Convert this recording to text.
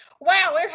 Wow